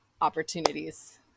opportunities